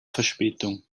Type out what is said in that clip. verspätung